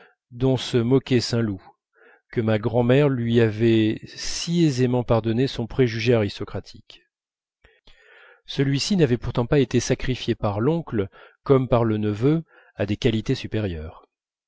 dont se moquait saint loup que ma grand'mère lui avait si aisément pardonné son préjugé aristocratique celui-ci n'avait pourtant pas été sacrifié par l'oncle comme par le neveu à des qualités supérieures